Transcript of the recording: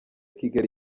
kigali